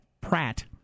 Pratt